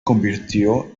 convirtió